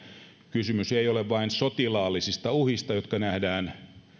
kysymys ei ole vain sotilaallisista uhista jotka nähdään